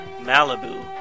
Malibu